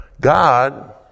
God